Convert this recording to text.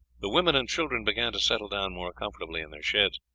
the women and children began to settle down more comfortably in their sheds.